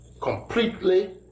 Completely